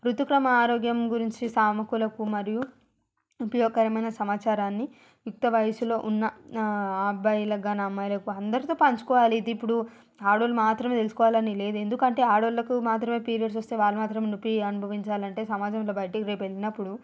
ఋతుక్రమ ఆరోగ్యం గురించి సానుకూలపు మరియు ఉపయోగకరమైన సమాచారాన్ని యుక్తవయసులో ఉన్న అబ్బాయిలకు కాని అమ్మాయిలకు అందరితో పంచుకోవాలి ఇది ఇప్పుడూ ఆడవాళ్ళు మాత్రమే తెలుసుకోవాలని లేదు ఎందుకంటే ఆడవాళ్ళకు మాత్రమే పీరియడ్స్ వస్తాయి వాళ్ళు మాత్రమే నొప్పి అనుభవించాలంటే సమాజంలో బయటికి రేపు వెళ్ళినప్పుడు